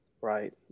right